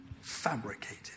fabricated